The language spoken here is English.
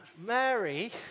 Mary